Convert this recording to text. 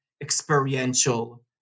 experiential